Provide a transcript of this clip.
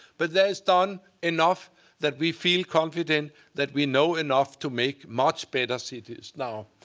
but there is done enough that we feel confident that we know enough to make much better cities now.